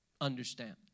understand